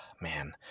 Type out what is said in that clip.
man